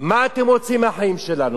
מה אתם רוצים מהחיים שלנו?